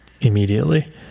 immediately